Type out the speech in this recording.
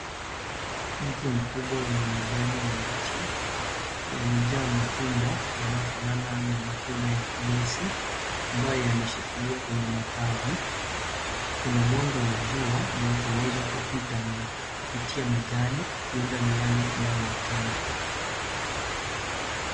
Mti mkubwa wenye majani mabichi yamejaa matunda yanayofanana na matunda ya fenesi ambayo yameshikilia kwenye matawi. Kuna mwanga wa jua unaochomoza kupitia mjani ukiunda miale inayoonekana.